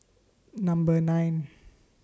Number nine